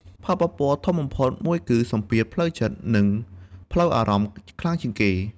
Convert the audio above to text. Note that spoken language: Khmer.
ផលប៉ះពាល់ធំបំផុតមួយគឺ សម្ពាធផ្លូវចិត្ត និងផ្លូវអារម្មណ៍ខ្លាំងជាងគេ។